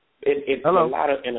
Hello